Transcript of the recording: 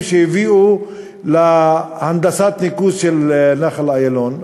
שהביאו להנדסת הניקוז של נחל איילון,